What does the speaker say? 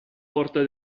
porta